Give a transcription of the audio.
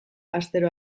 astero